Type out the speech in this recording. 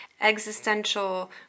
existential